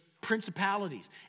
principalities